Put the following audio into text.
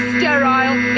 Sterile